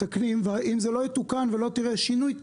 מתקנים ואם זה לא יתוקן ולא תראה שינוי,